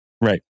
Right